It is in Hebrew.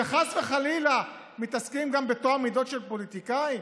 שחס וחלילה מתעסקים גם בטוהר מידות של פוליטיקאים?